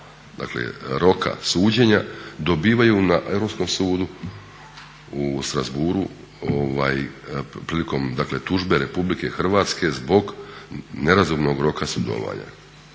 roka suđenja dobivaju na europskom sudu u Strassbourgu prilikom tužbe Republike Hrvatske zbog nerazumnog roka sudovanja.